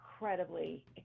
incredibly